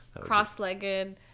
Cross-legged